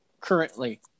currently